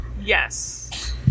yes